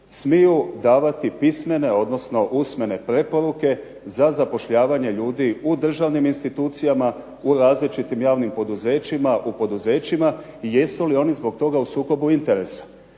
smiju davati pismene, odnosno usmene preporuke za zapošljavanje ljudi u državnim institucijama, u različitim javnim poduzećima, u poduzećima i jesu li oni zbog toga u sukobu interesa.